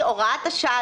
הוראת השעה,